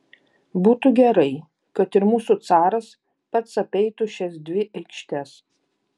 būtų gerai kad ir mūsų caras pats apeitų šias dvi aikštes